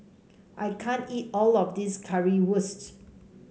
I can't eat all of this Currywurst